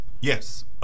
Yes